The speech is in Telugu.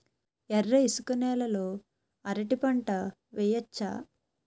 ఎర్ర ఇసుక నేల లో అరటి పంట వెయ్యచ్చా?